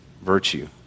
virtue